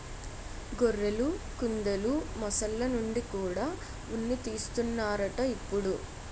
గొర్రెలు, కుందెలు, మొసల్ల నుండి కూడా ఉన్ని తీస్తన్నారట ఇప్పుడు